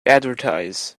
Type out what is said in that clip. advertise